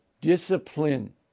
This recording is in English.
discipline